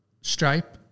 Stripe